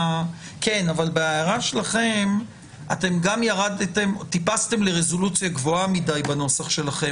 בהערה שלכם גם טיפסתם לרזולוציה גבוהה מדי בנוסח שלכם.